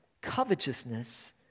Covetousness